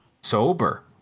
sober